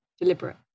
deliberate